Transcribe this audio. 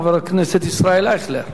חבר הכנסת ישראל אייכלר.